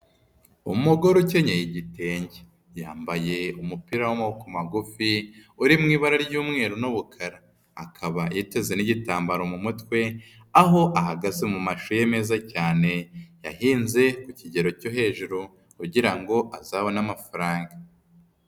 Umugore ukenyeye igitenge. Yambaye umupira w'amaboko magufi uri mu ibara ry'umweru n'ubukara. Akaba yateze n'igitambaro mu mutwe, aho ahagaze mu mashu ye meza cyane, yahinze ku kigero cyo hejuru kugira ngo azabone amafaranga.